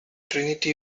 trinity